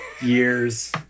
years